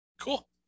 Cool